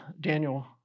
Daniel